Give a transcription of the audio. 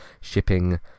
shipping